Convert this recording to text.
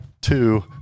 two